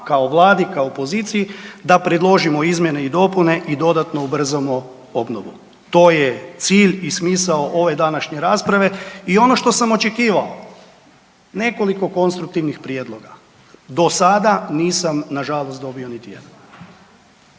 kao Vladi, kao poziciji, da predložimo izmjene i dopune i dodatno ubrzamo obnovu. To je cilj i smisao ove današnje rasprave i ono što sam očekivao, nekoliko konstruktivnih prijedloga do sada nisam nažalost dobio niti jedan.